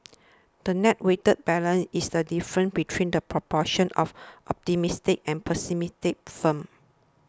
the net weighted balance is the difference between the proportion of optimistic and pessimistic firms